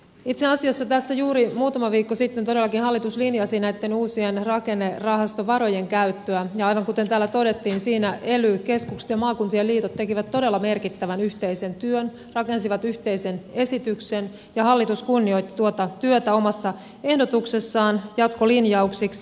itse asiassa tässä juuri muutama viikko sitten todellakin hallitus linjasi näitten uusien rakennerahastovarojen käyttöä ja aivan kuten täällä todettiin siinä ely keskukset ja maakuntien liitot tekivät todella merkittävän yhteisen työn rakensivat yhteisen esityksen ja hallitus kunnioitti tuota työtä omassa ehdotuksessaan jatkolinjauksiksi